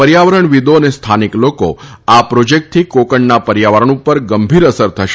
પર્યાવરણ વિદો તથા સ્થાનિક લોકો આ પ્રોજેકટથી કોકણના પર્યાવરણ ઉપર ગંભીર અસર થશે